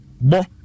bo